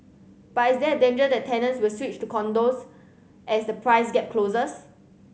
but is there a danger that tenants will switch to condos as the price gap closes